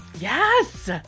yes